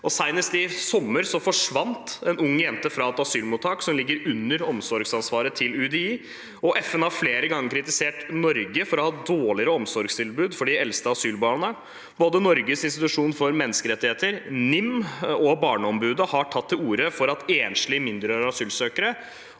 Senest i sommer forsvant en ung jente fra et asylmottak som ligger under omsorgsansvaret til UDI, og FN har flere ganger kritisert Norge for å ha dårligere omsorgstilbud for de eldste asylbarna. Både Norges institusjon for menneskerettigheter, NIM, og Barneombudet har tatt til orde for at enslige mindreårige asylsøkere,